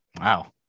Wow